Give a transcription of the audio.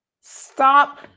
Stop